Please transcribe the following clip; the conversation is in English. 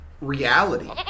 reality